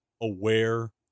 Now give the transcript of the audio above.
aware